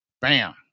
Bam